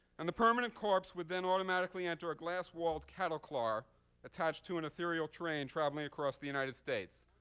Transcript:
and the permanent corpse would then automatically enter a glass-walled cattle car attached to an ethereal train traveling across the united states,